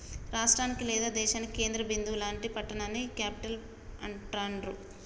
రాష్టానికి లేదా దేశానికి కేంద్ర బిందువు లాంటి పట్టణాన్ని క్యేపిటల్ అంటాండ్రు